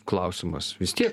klausimas vis tiek